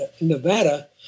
Nevada